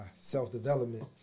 self-development